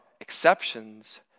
exceptions